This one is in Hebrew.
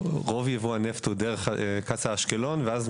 רוב יבוא הנפט הוא דרך קצא"א אשקלון וגם